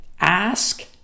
ask